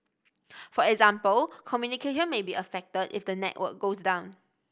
for example communication may be affected if the network goes down